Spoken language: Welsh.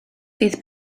fydd